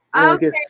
Okay